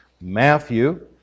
Matthew